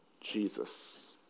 Jesus